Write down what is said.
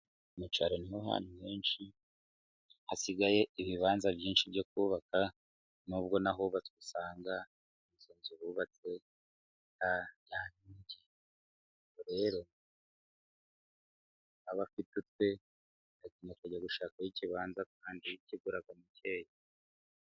Mu cara niho ahantu henshi hasigaye ibibanza byinshi byo kubaka. Nubwo n'ahubatse usanga izo nzu zubabatse........ubwo rero abafite utwe ni ukujya gushakaho ikibanza kandi kigura make.